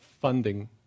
funding